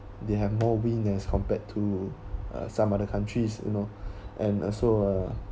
they have more wind as compared to some other countries you know and also uh